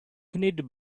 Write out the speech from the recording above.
knit